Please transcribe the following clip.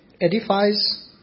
edifies